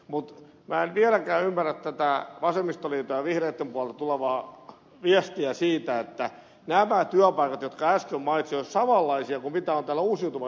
mutta minä en vieläkään ymmärrä tätä vasemmistoliiton ja vihreitten puolelta tulevaa viestiä siitä että nämä työpaikat jotka äsken mainitsin olisivat samanlaisia kuin mitä on täällä uusiutuvan energian puolella